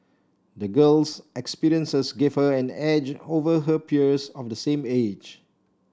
the girl's experiences gave her an edge over her peers of the same age